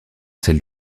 celles